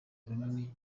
runini